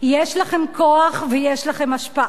יש לכם כוח ויש לכם השפעה,